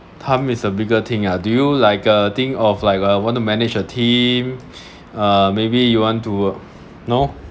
time is a bigger thing ah do you like uh think of like want to manage a team uh maybe you want to know